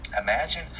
imagine